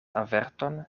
averton